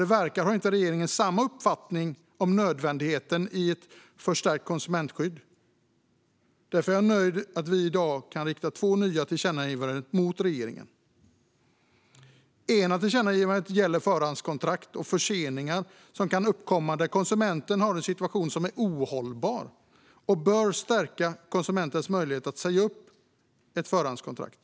Det verkar inte som regeringen har samma uppfattning om nödvändigheten av ett förstärkt konsumentskydd. Därför är jag nöjd över att vi i dag kan rikta två nya tillkännagivanden till regeringen. Det ena tillkännagivandet gäller förhandskontrakt och förseningar som kan uppkomma och göra konsumentens situation ohållbar. Det bör stärka konsumentens möjlighet att säga upp ett förhandskontrakt.